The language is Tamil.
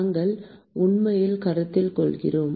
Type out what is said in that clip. நாம் உண்மையில் கருத்தில் கொள்கிறோம்